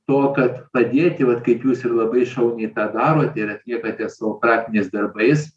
to kad padėti vat kaip jūs ir labai šauniai tą darote ir atliekate savo praktiniais darbais